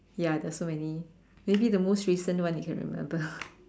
ya there's so many maybe the most recent one you can remember